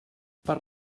per